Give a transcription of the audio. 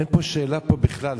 אין פה שאלה בכלל.